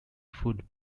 food